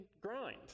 grind